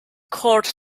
court